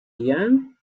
young